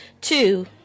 two